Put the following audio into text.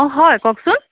অঁ হয় কওকচোন